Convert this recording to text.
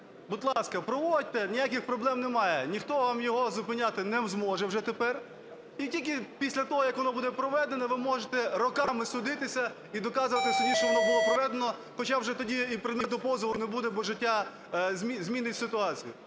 будь ласка, проводьте, ніяких проблем немає. Ніхто вам його зупиняти не зможе вже тепер і тільки після того як воно буде проведене, ви можете роками судитися і доказувати в суді, що воно було проведено, хоча вже тоді і предмету позову не буде, бо життя змінить ситуацію.